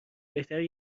بهتره